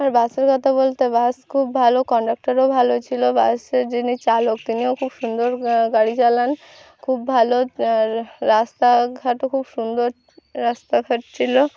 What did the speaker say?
আর বাসের কথা বলতে বাস খুব ভালো কন্ডাক্টরও ভালো ছিলো বাসের যিনি চালক তিনিও খুব সুন্দর গাড়ি চালান খুব ভালো আর রাস্তাঘাটও খুব সুন্দর রাস্তাঘাট ছিল